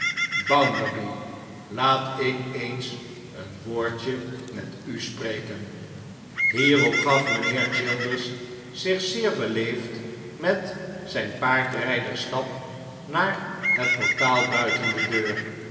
bounderby laat ik eens een woordje met u spreken hierop gaf mijnheer childers zich zeer b'eleefd met zijn paardrijdersstap naar het portaal buiten de deur